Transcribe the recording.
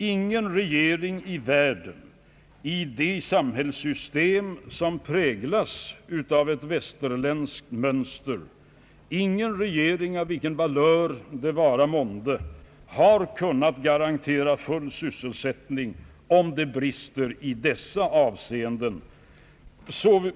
Ingen regering i världen i det samhällssystem som präglas av ett västerländskt mönster, ingen regering av vilken valör det vara månde har kunnat garantera full sysselsättning om det brister i dessa avseenden.